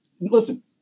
Listen